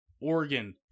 Oregon